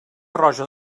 roja